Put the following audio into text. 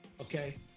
Okay